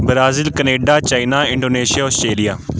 Brazil Canada China Indonesia Australia